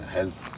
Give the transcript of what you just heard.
Health